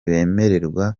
bemererwa